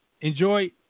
Enjoy